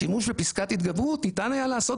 השימוש בפסקת התגברות ניתן היה לעשות